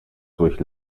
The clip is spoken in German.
durch